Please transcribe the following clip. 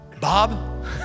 Bob